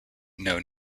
know